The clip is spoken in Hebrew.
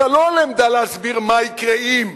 אתה לא בעמדה להסביר מה יקרה אם.